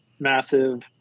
massive